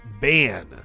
ban